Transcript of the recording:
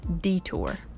detour